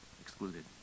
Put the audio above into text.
excluded